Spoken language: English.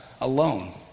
alone